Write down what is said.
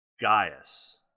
Gaius